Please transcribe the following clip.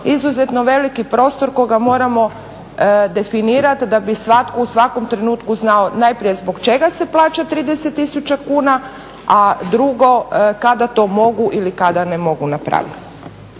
izuzetno veliki prostor koga moramo definirat da bi svatko u svakom trenutku znao najprije zbog čega se plaća 30 tisuća kuna, a drugo kada to mogu ili kada ne mogu napraviti.